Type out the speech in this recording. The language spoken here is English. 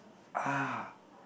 ah